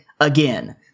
again